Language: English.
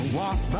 walk